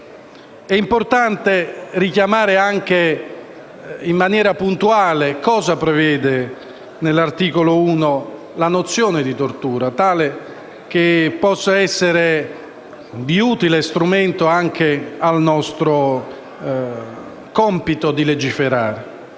È importante richiamare anche in maniera puntuale cosa prevede, nell'articolo 1, la nozione di tortura, in modo che possa esserci utile nel nostro compito di legiferare.